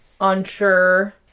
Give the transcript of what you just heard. unsure